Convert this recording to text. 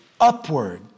upward